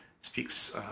speaks